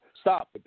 stop